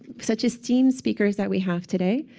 such esteemed speakers that we have today.